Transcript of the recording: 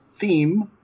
theme